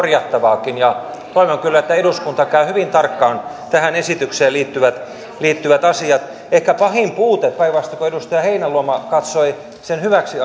korjattavaakin ja toivon kyllä että eduskunta käy hyvin tarkkaan tähän esitykseen liittyvät liittyvät asiat ehkä pahin puute päinvastoin kuin edustaja heinäluoma katsoi sen hyväksi